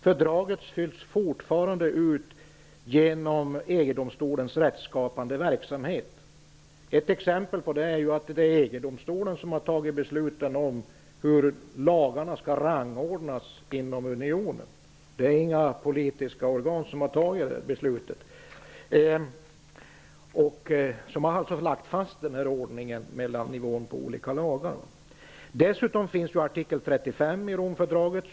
Fördraget fylls fortfarande ut genom Ett exempel på det är att det är EG-domstolen som har fattat beslut om hur lagarna skall rangordnas inom unionen. Det är inga politiska organ som har fattat det beslutet. Domstolen har alltså lagt fast denna ordning mellan olika lagar. Dessutom finns artikel 35 i Romfördraget.